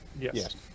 Yes